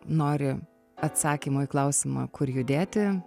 nori atsakymo į klausimą kur judėti